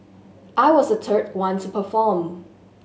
I was the third one to perform